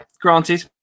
granted